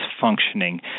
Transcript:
functioning